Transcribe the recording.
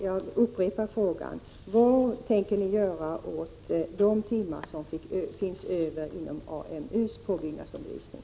Jag upprepar frågan: Vad tänker regeringen göra åt de timmar som finns över inom AMU:s påbyggnadsundervisning?